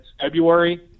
February